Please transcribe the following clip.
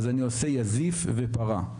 אני עושה יזיף ופרע.